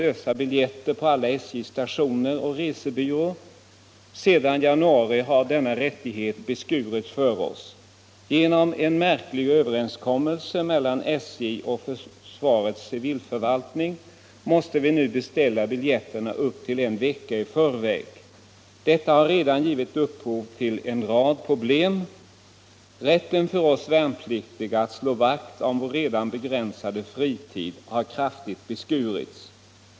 lösa biljetter på alla SJ:s stationer och resebyråer. Sedan januari har denna rättighet beskurits för oss. Genom en märklig överenskommelse mellan SJ och Försvarets Civilförvaltning, måste vi nu beställa biljetterna upp till en vecka i förväg. Detta har redan givit upphov till en rad problem — rätten för oss värnpliktiga att slå vakt om vår redan begränsade fritid har kraftigt beskurits.